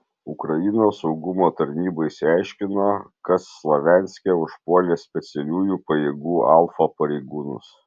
ukrainos saugumo tarnyba išsiaiškino kas slavianske užpuolė specialiųjų pajėgų alfa pareigūnus